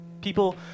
People